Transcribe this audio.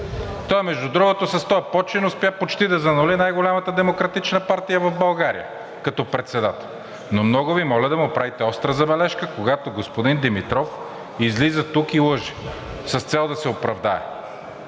Той, между другото, с този почин успя почти да занули най-голямата демократична партия в България като председател. Много Ви моля да отправяте остра забележка, когато господин Димитров излиза тук и лъже с цел да се оправдае.